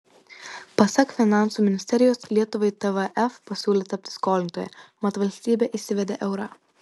pasak finansų ministerijos lietuvai tvf pasiūlė tapti skolintoja mat valstybė įsivedė eurą